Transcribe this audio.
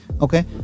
Okay